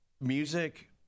music